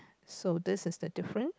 so this is the difference